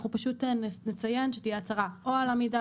אנחנו פשוט נציין שתהיה הצהרה או על עמידה